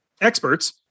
experts